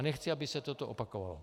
Nechci, aby se toto opakovalo.